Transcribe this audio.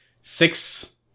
six